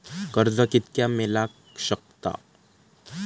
कर्ज कितक्या मेलाक शकता?